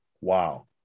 Wow